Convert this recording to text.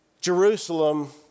Jerusalem